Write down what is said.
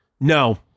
No